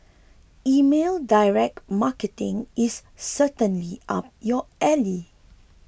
email direct marketing is certainly up your alley